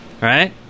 right